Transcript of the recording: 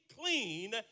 clean